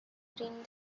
during